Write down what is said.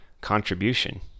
contribution